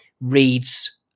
reads